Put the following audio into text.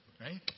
Right